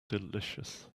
delicious